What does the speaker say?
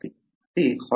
ते हॉटस्पॉट आहे